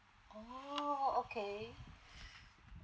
oh okay